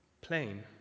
plain